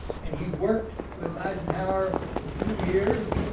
and he worked with eisenhower for two years,